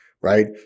right